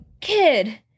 kid